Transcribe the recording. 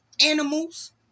Animals